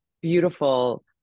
beautiful